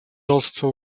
also